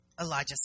Elijah